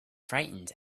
frightened